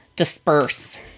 disperse